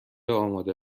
آماده